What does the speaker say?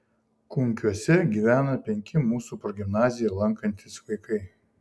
kunkiuose gyvena penki mūsų progimnaziją lankantys vaikai